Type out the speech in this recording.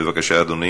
בבקשה, אדוני.